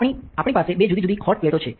આપણે પાસે બે જુદી જુદી હોટ પ્લેટો છે